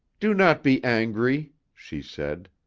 do not be angry, she said.